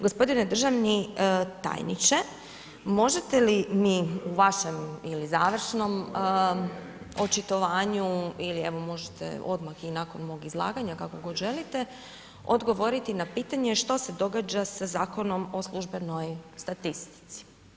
Gospodine državni tajniče, možete li mi u vašem ili završnom očitovanju ili evo možete odmah i nakon mog izlaganja, kako god želite, odgovoriti na pitanje što se događa sa Zakonom o službenoj statistici.